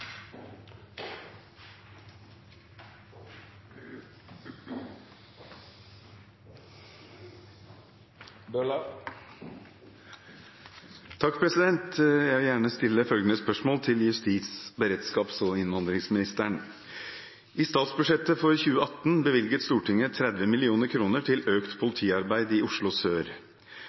justis-, beredskaps- og innvandringsministeren: «I statsbudsjettet for 2018 bevilget Stortinget 30 millioner kroner til økt politiarbeid i Oslo Sør.